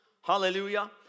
Hallelujah